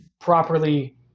properly